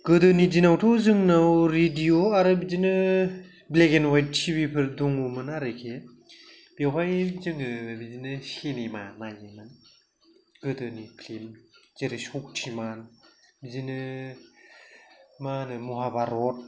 गोदोनि दिनावथ' जोंनाव रेडिय' आरो बिदिनो ब्लेक एन्ड अवाइट टिभिफोर दङमोन आरोखि बेयावहाय जोङो बिदिनो सिनेमा नायोमोन गोदोनि फिल्म जेरै शक्तिमान बिदिनो माहोनो महाभारत